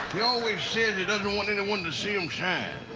he always says he doesn't want anyone to see him shine,